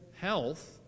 health